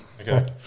Okay